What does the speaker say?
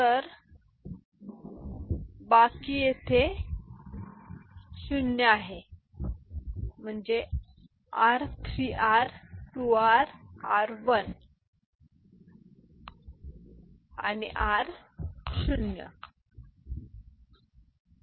तर उर्वरित येथे 0 सर्व 0 आहेत माझ्या म्हणण्याचा अर्थ आर 3 आर 2 आर 1 आणि आर ठीक नाही